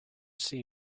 see